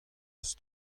ouzh